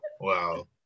Wow